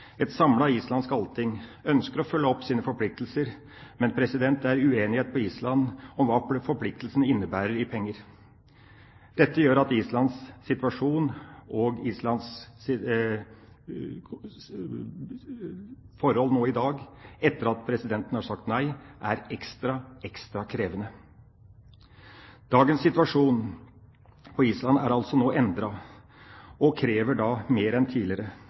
Et samlet islandsk allting ønsker å følge opp sine forpliktelser, men det er uenighet på Island om hva forpliktelsene innebærer i penger. Dette gjør at Islands situasjon og Islands forhold i dag – etter at presidenten har sagt nei – er ekstra krevende. Dagens situasjon på Island er altså endret og krever mer enn tidligere.